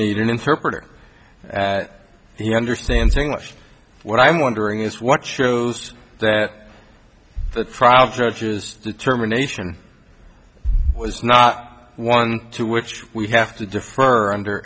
need an interpreter he understands english what i'm wondering is what shows that the trial judge's determination was not one to which we have to defer under